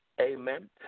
Amen